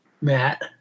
Matt